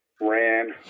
ran